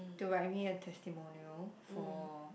do write me a testimonial for